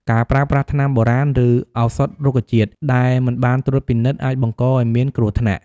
ការប្រើប្រាស់ថ្នាំបុរាណ ឬឱសថរុក្ខជាតិ ដែលមិនបានត្រួតពិនិត្យ អាចបង្កឱ្យមានគ្រោះថ្នាក់។